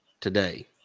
today